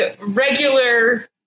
regular